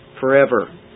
forever